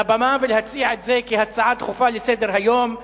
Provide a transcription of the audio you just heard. לבמה ולהציע את זה כהצעה דחופה לסדר-היום,